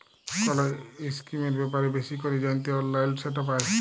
call ইসকিমের ব্যাপারে বেশি ক্যরে জ্যানতে অললাইলে সেট পায়